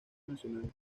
nacionales